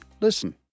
Listen